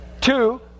Two